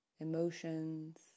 Emotions